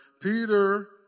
Peter